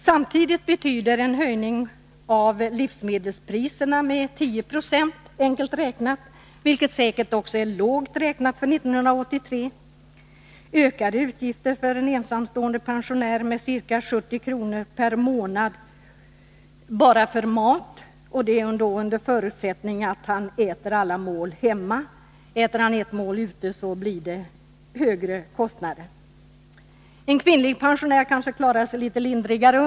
Samtidigt betyder en höjning av livsmedelspriserna med 10 96 under 1983, vilket säkert är lågt räknat, ökade utgifter för en ensamstående pensionär med ca 70 kr. per månad bara för mat, under förutsättning att han äter alla mål hemma. Äter han ett mål ute blir det högre kostnader. En kvinnlig pensionär klarar sig kanske litet bättre.